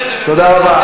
תודה רבה.